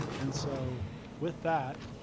and so with that,